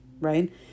right